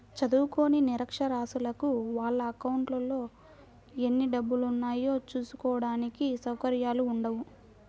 చదువుకోని నిరక్షరాస్యులకు వాళ్ళ అకౌంట్లలో ఎన్ని డబ్బులున్నాయో చూసుకోడానికి సౌకర్యాలు ఉండవు